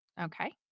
Okay